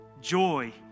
joy